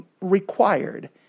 required